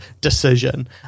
Decision